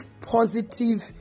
positive